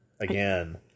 again